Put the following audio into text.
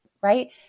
right